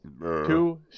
two